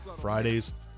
Fridays